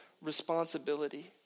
responsibility